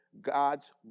God's